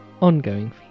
Ongoing